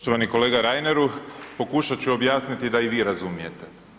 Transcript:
Poštovani kolega Reineru, pokušat ću objasniti da i vi razumijete.